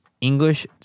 English